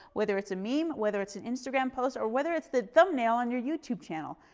whether it's a meme, whether it's an instagram post or whether it's the thumbnail on your youtube channel.